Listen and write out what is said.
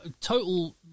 total